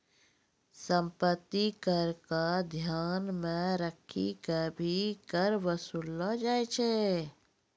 सम्पत्ति कर क ध्यान मे रखी क भी कर वसूललो जाय छै